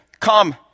Come